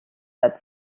that